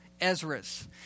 Ezra's